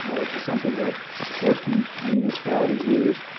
which is something that most i mean municipalities use.